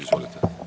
Izvolite.